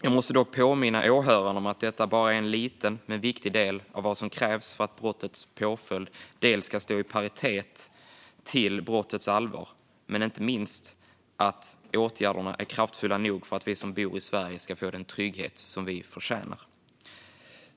Jag måste dock påminna åhörarna om att detta bara är en liten - men viktig - del av vad som krävs för att brottets påföljd ska stå i paritet med brottets allvar och inte minst för att åtgärderna ska vara så kraftfulla att vi som bor i Sverige får den trygghet vi förtjänar.